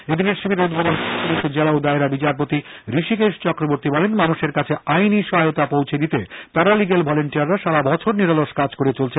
এদিনের শিবিরের উদ্বোধন করে অতিরিক্ত জেলা ও দায়রা বিচারপতি হৃষীকেশ চক্রবর্তী বলেন মানুষের কাছে আইনি সহায়তা পৌছে দিতে প্যারা লিগ্যাল ভলান্টিয়াররা সারা বছর নিরলস কাজ করে চলেছেন